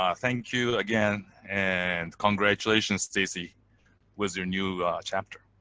um thank you again. and congratulations, stacey with your new chapter.